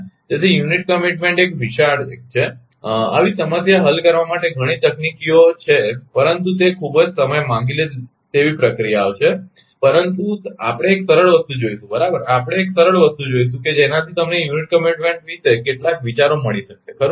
તેથી unit commitment એક વિશાળ 1 છે આવી સમસ્યા હલ કરવા માટે ઘણી તકનીકીઓ છે પરંતુ તે ખૂબ જ સમય માંગી લેવાની પ્રક્રિયા છે પરંતુ આપણે એક સરળ વસ્તુ જોઇશું બરાબર આપણે એક સરળ વસ્તુ જોઇશું કે જેનાથી તમને યુનિટ કમીટમેન્ટ વિશે કેટલાક વિચારો મળી શકશે ખરુ ને